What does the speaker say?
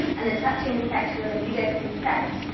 and the touching is sexual, and you don't consent,